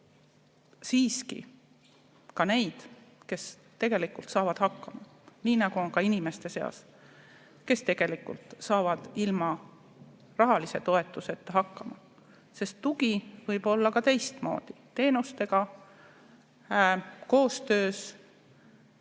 siiski ka neid, kes saavad hakkama, nii nagu on inimeste seas ka neid, kes saavad ilma rahalise toetuseta hakkama. Sest tugi võib olla ka teistsugune: teenustega, koostöös